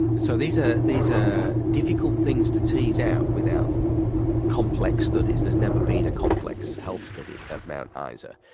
so these are these are difficult things to tease out without complex studies, there's never been a complex health study at mount ah isa.